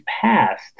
passed